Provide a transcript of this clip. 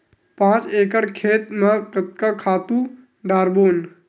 पांच एकड़ खेत म कतका खातु डारबोन?